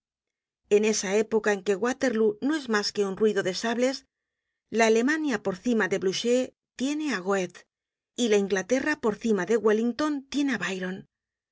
en esa época en que waterlóo no es mas que un ruido de sables la alemania por cima de blucher tiene á goethe y la inglaterra por cima de wellington tiene